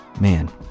man